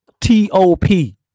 T-O-P